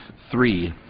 three,